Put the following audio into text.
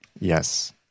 Yes